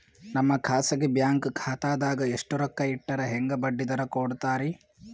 ನಮ್ಮ ಖಾಸಗಿ ಬ್ಯಾಂಕ್ ಖಾತಾದಾಗ ಎಷ್ಟ ರೊಕ್ಕ ಇಟ್ಟರ ಹೆಂಗ ಬಡ್ಡಿ ದರ ಕೂಡತಾರಿ?